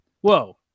Whoa